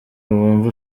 wumva